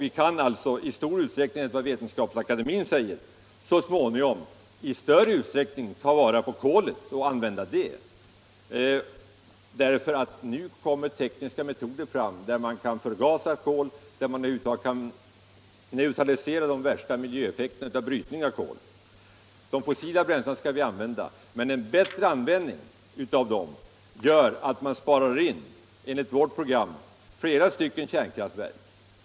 Enligt vad Vetenskapsakademien säger kan vi också så småningom i större utsträckning ta vara på kolet och använda det, eftersom det nu kommer fram tekniska metoder med vilka man kan förgasa kol och neutralisera de värsta miljöeffekterna av kolbrytningen. De fossila bränslena skall vi därför använda, och en bättre användning av dem gör att vi enligt centerns program sparar in flera kärnkraftverk.